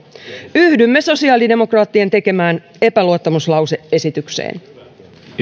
yhdymme sosiaalidemokraattien tekemään epäluottamuslause esitykseen